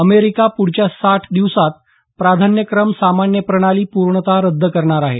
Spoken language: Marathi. अमेरिका प्रुढच्या साठ दिवसांत प्राधान्यक्रम सामान्य प्रणाली पूर्णत रद्द करणार आहे